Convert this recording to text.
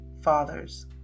fathers